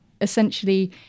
essentially